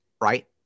right